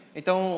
então